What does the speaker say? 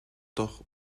doch